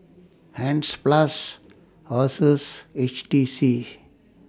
Hansaplast Asus H T C